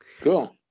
Cool